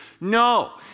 No